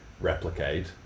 replicate